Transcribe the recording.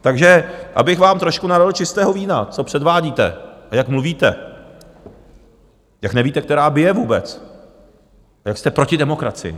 Takže abych vám trošku nalil čistého vína, co předvádíte a jak mluvíte, jak nevíte, která bije vůbec, jak jste proti demokracii.